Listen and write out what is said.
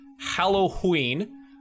Halloween